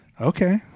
Okay